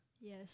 Yes